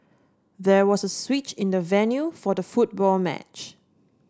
there was a switch in the venue for the football match